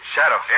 Shadow